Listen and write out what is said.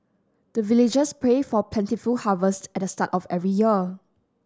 the villagers pray for plentiful harvest at the start of every year